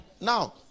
Now